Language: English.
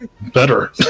better